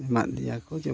ᱮᱢᱟᱫᱤᱧᱟ ᱠᱚ ᱡᱚᱢ